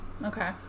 Okay